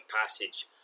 passage